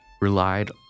relied